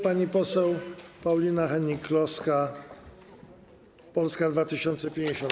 Pani poseł Paulina Hennig-Kloska, Polska 2050.